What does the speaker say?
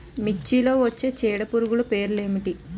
మిర్చిలో వచ్చే చీడపురుగులు పేర్లు ఏమిటి?